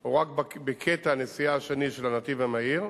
או רק בקטע הנסיעה השני של הנתיב המהיר,